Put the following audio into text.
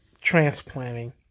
transplanting